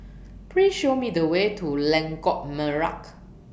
Please Show Me The Way to Lengkok Merak